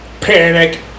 panic